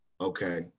Okay